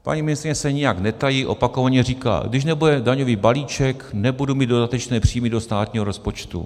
Paní ministryně se nijak netají, opakovaně říká: když nebude daňový balíček, nebudu mít dodatečné příjmy do státního rozpočtu.